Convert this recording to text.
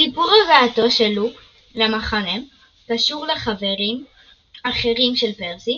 סיפור הגעתו של לוק למחנה קשור לחברים אחרים של פרסי